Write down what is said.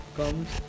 comes